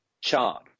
chart